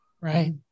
Right